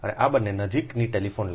અને આ બંને નજીકની ટેલિફોન લાઇન છે